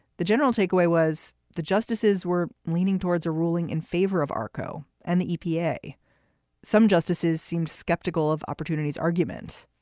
the general takeaway was the justices were leaning towards a ruling in favor of arco and the epa. some justices seemed skeptical of opportunities argument,